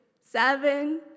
seven